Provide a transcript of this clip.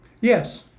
Yes